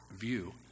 view